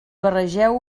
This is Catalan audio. barregeu